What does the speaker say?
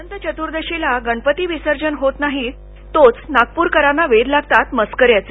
अनंतचतुर्दशीला गणपती विसर्जन होत नाही तोच नागपूरकरांना वेध लागतात मस्कऱ्याचे